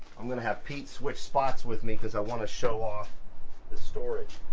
i'm gonna have pete switch spots with me, because i want to show off the storage.